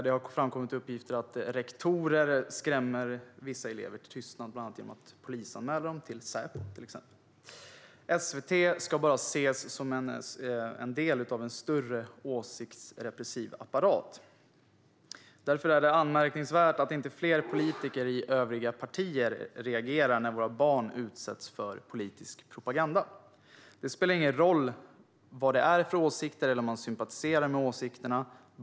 Det har framkommit uppgifter att rektorer skrämmer vissa elever till tystnad, bland annat genom att polisanmäla dem till Säpo. SVT ska bara ses som en del av en större åsiktsrepressiv apparat. Därför är det anmärkningsvärt att inte fler politiker i övriga partier reagerar när våra barn utsätts för politisk propaganda. Det spelar ingen roll vad det är för åsikter eller om man sympatiserar med åsikterna.